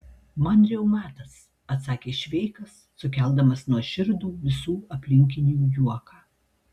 man reumatas atsakė šveikas sukeldamas nuoširdų visų aplinkinių juoką